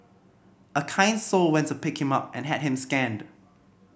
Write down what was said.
a kind soul went to pick him up and had him scanned